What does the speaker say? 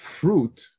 fruit